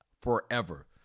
forever